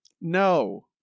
No